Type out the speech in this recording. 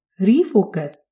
refocus